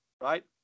right